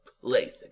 plaything